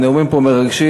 הנאומים פה מרגשים,